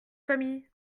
famille